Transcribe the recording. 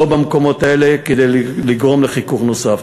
לא במקומות האלה, כדי לגרום לחיכוך נוסף.